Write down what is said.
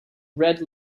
red